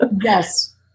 Yes